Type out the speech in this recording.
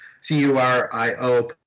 C-U-R-I-O